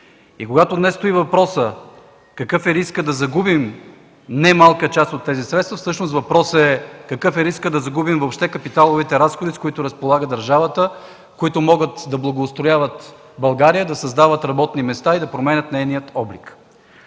И когато днес стои въпросът: какъв е рискът да загубим немалка част от тези средства, всъщност въпросът е: какъв е рискът да загубим въобще капиталовите разходи, с които разполага държавата, които могат да благоустрояват България, да създават работни места и да променят нейния облик?